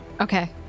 Okay